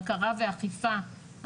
בקרה ואכיפה,